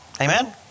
Amen